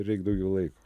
reik daugiau laiko